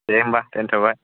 दे होमब्ला दोनथ'बाय